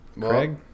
Craig